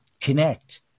Connect